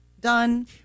done